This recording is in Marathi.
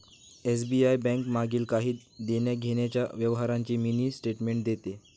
एस.बी.आय बैंक मागील काही देण्याघेण्याच्या व्यवहारांची मिनी स्टेटमेंट देते